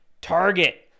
Target